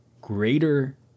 greater